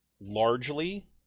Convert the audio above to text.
largely